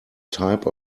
type